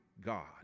God